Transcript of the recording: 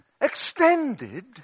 extended